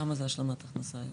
כמה זה השלמת הכנסה היום?